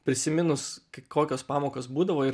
prisiminus kokios pamokos būdavo ir